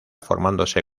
formándose